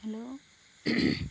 hello